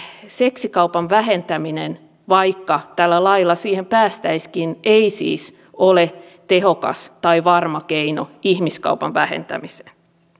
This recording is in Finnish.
seksikaupan vähentäminen vaikka tällä lailla siihen päästäisiinkin ei siis ole tehokas tai varma keino ihmiskaupan vähentämiseen